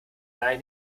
laie